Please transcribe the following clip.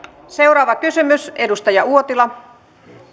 seuraava kysymys edustaja uotila